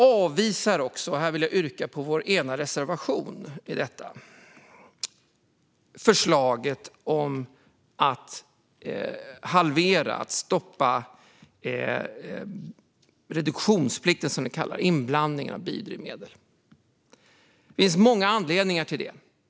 Jag yrkar bifall till vår ena reservation. Vi avvisar förslaget om att halvera eller stoppa reduktionsplikten, som det kallas, alltså inblandningen av biodrivmedel. Det finns många anledningar till det.